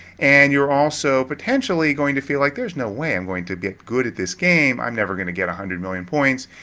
and you're also potentially going to feel like, there's no way i'm going to get good at this game. i'm never going to get one hundred million points.